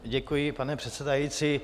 Děkuji, pane předsedající.